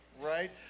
right